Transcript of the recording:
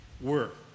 work